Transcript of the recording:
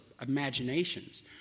imaginations